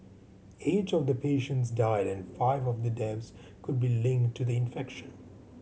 eight of the patients died and five of the deaths could be linked to the infection